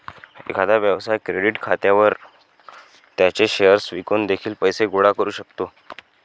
एखादा व्यवसाय क्रेडिट खात्यावर त्याचे शेअर्स विकून देखील पैसे गोळा करू शकतो